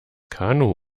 kanu